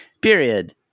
period